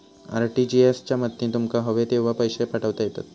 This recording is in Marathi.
आर.टी.जी.एस च्या मदतीन तुमका हवे तेव्हा पैशे पाठवता येतत